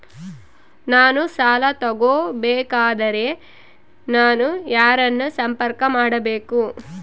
ನಾನು ಸಾಲ ತಗೋಬೇಕಾದರೆ ನಾನು ಯಾರನ್ನು ಸಂಪರ್ಕ ಮಾಡಬೇಕು?